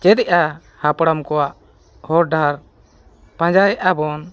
ᱪᱮᱫᱮᱜᱼᱟ ᱦᱟᱯᱲᱟᱢ ᱠᱚᱣᱟᱜ ᱦᱚᱨ ᱰᱟᱦᱟᱨ ᱯᱟᱸᱡᱟᱭᱮᱜᱼᱟ ᱵᱚᱱ